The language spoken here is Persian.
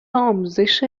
آموزش